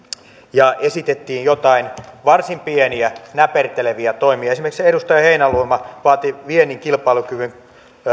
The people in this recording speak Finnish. ja esitettiin joitain varsin pieniä näperteleviä toimia esimerkiksi edustaja heinäluoma vaati viennin kilpailukyvyn